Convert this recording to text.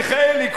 מיכאלי,